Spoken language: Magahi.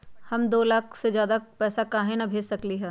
हम दो लाख से ज्यादा पैसा काहे न भेज सकली ह?